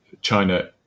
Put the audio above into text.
China